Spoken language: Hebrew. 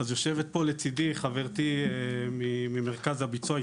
אז יושבת פה לצידי חברתי ממרכז הביצוע,